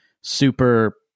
super